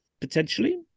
potentially